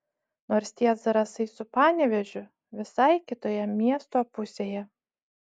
nors tie zarasai su panevėžiu visai kitoje miesto pusėje